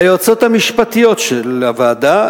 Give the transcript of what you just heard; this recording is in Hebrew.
ליועצות המשפטיות של הוועדה,